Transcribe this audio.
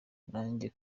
najya